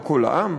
לא כל העם,